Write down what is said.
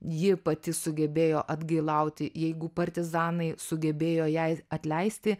ji pati sugebėjo atgailauti jeigu partizanai sugebėjo jai atleisti